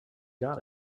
got